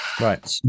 Right